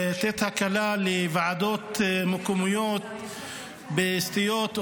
לתת הקלה לוועדות מקומיות בסטיות,